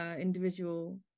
individual